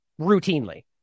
routinely